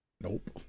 Nope